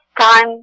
time